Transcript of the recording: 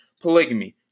polygamy